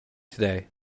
today